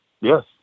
Yes